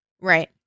right